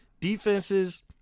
defenses